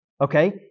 Okay